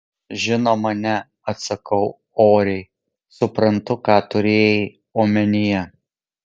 žinoma ne atsakau oriai suprantu ką turėjai omenyje